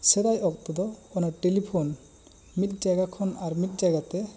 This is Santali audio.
ᱥᱮᱫᱟᱭ ᱚᱠᱛᱚ ᱫᱚ ᱚᱱᱟ ᱴᱮᱞᱤᱯᱷᱚᱱ ᱢᱤᱫ ᱡᱟᱭᱜᱟ ᱠᱷᱚᱱ ᱟᱨ ᱢᱤᱫ ᱡᱟᱭᱜᱟ ᱛᱮ